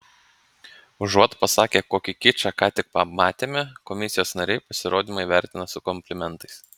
užuot pasakę kokį kičą ką tik pamatėme komisijos nariai pasirodymą įvertina su komplimentais